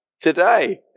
today